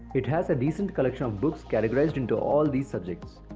it has a decent collection of books categorized into all these subjects.